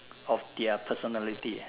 of their personality